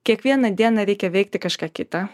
kiekvieną dieną reikia veikti kažką kitą